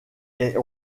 est